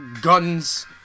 guns